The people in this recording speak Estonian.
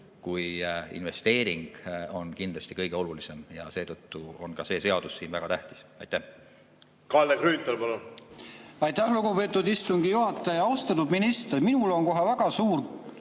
kui investeering on kindlasti kõige olulisem ja seetõttu on ka see seadus väga tähtis. Kalle Grünthal, palun! Aitäh, lugupeetud istungi juhataja! Austatud minister! Minul on kohe väga suur